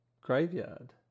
graveyard